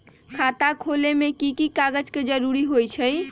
खाता खोले में कि की कागज के जरूरी होई छइ?